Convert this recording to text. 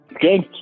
good